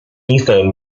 methane